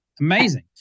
Amazing